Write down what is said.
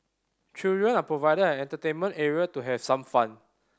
children are provided an entertainment area to have some fun